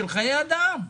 של חיי אדם.